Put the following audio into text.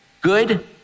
good